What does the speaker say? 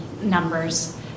numbers